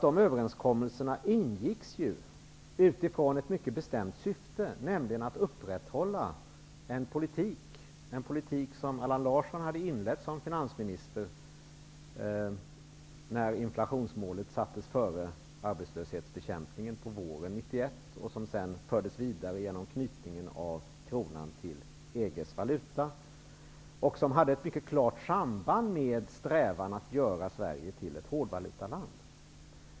De överenskommelserna ingicks med ett mycket bestämt syfte, nämligen att upprätthålla en politik som Allan Larsson hade inlett som finansminister, när inflationsmålet sattes före arbetslöshetsbekämpningen på våren 1991, och som sedan fördes vidare genom knytningen av kronan till EG:s valuta. Det hade ett mycket klart samband med strävan att göra Sverige till ett hårdvalutaland.